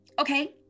Okay